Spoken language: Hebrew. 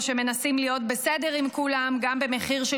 או שמנסים להיות בסדר עם כולם גם במחיר של